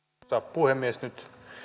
puhemies nyt